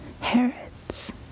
Herod's